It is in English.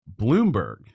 Bloomberg